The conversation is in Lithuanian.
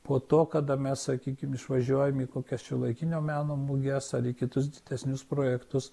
po to kada mes sakykim išvažiuojam į kokias šiuolaikinio meno muges ar į kitus didesnius projektus